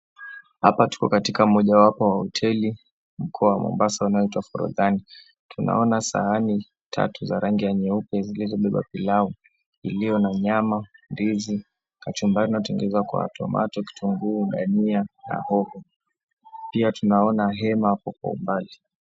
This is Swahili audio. Hapa tupo katika mojawapo wa hoteli mkoa wa Mombasa unaoitwa Forodhani. Tunaona sahani tatu za rangi ya nyeupe zilizobeba pilau iliyo na nyama, ndizi , kachumbari inayotengenezwa kwa tomato , kitunguu, dania na hoho. Pia tunaona hema hapo kwa umbali.